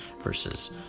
versus